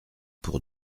pour